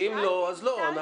אם לא אז לא.